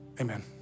amen